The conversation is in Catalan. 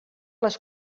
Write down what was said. les